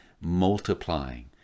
multiplying